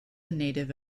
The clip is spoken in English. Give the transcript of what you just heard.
native